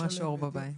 ממש אור בבית.